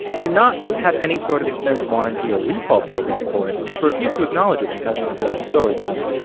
to not have any sort of extended warranty or recall program for it and to refuse to acknowledge it when customers go to the store is another.